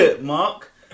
Mark